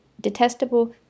detestable